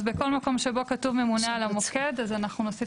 אז בכל מקום שבו כתוב "ממונה על המוקד" אנחנו נוסיף